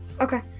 Okay